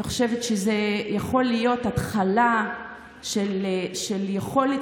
אני חושבת שזה יכול להיות התחלה של היכולת